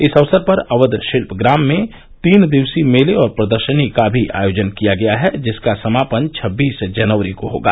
इस अवसर पर अक्व शिल्पग्राम में तीन दिवसीय मेले और प्रदर्शनी का भी आयोजन किया गया है जिसका समापन छब्बीस जनवरी को होगा